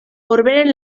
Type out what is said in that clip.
orberen